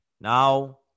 now